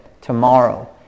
tomorrow